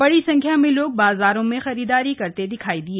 बड़ी संख्या में लोग बाजारों में खरीददारी करते देखे गए